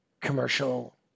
commercial